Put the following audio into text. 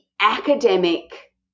academic